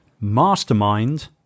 mastermind